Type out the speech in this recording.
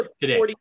today